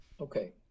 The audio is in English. Okay